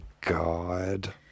god